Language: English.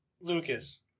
Lucas